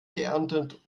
geerntet